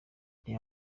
reba